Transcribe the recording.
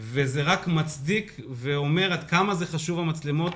וזה רק מצדיק ואומר עד כמה המצלמות חשובות